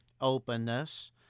openness